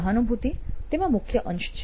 સહાનુભૂતિ તેમાં મુખ્ય અંશ છે